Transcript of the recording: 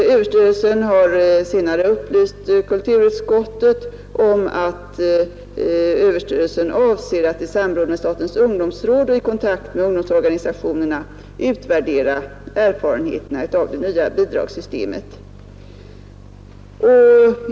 Skolöverstyrelsen har senare upplyst kulturutskottet om att överstyrelsen avser att i samråd med statens ungdomsråd och i kontakt med ungdomsorganisationerna utvärdera erfarenheterna av det nya bidragssystemet.